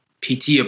PT